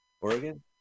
Oregon